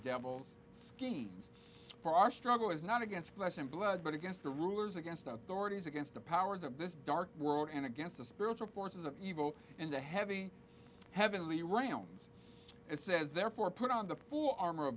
devil's schemes for our struggle is not against flesh and blood but against the rulers against authorities against the powers of this dark world and against the spiritual forces of evil and the heavy heavenly rounds it says therefore put on the full armor o